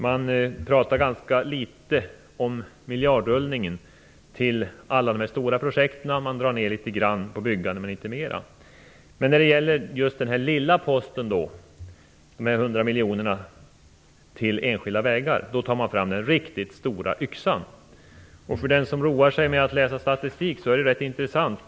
Man pratar ganska litet om miljardrullningen till alla de stora projekten. Man drar ned litet grand på byggandet, inte mer. Men när det gäller den lilla posten, de 100 miljonerna till enskilda vägar, tar man fram den riktigt stora yxan. För den som roar sig med att läsa statistik är det rätt intressant.